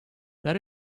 that